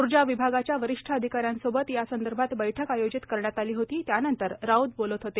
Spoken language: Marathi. ऊर्जा विभागाच्या वरिष्ठ अधिकाऱ्यांसोबत यासंदर्भात बैठक आयोजित करण्यात आली होती त्यानंतर राऊत बोलत होते